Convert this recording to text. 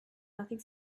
nothing